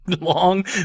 long